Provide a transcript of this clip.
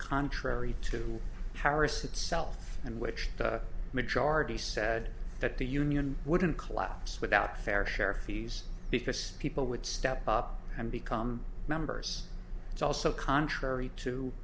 contrary to paris itself and which majority said that the union wouldn't collapse without fair share fees because people would step up and become members it's also contrary to